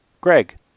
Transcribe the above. Greg